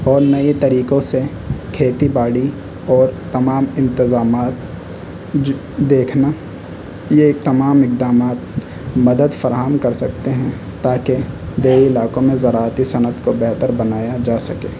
اور نئے طریقوں سے کھیتی باڑی اور تمام انتظامات دیکھنا یہ تمام اقدامات مدد فراہم کر سکتے ہیں تاکہ دیہی علاقوں میں زراعتی صنعت کو بہتر بنایا جا سکے